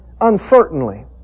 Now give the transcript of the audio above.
uncertainly